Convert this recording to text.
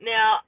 Now